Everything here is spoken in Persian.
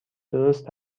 درست